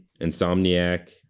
Insomniac